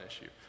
issue